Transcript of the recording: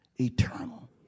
eternal